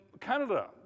Canada